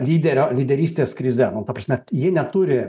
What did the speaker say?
lyderio lyderystės krizę ta prasme ji neturi